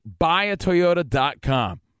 buyatoyota.com